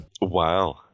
Wow